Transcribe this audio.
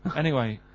anyway.